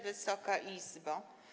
Wysoka Izbo!